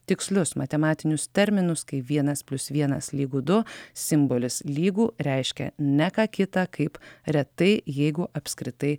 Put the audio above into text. tikslius matematinius terminus kai vienas plius vienas lygu du simbolis lygu reiškia ne ką kitą kaip retai jeigu apskritai